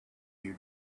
you